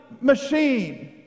machine